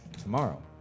tomorrow